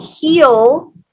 heal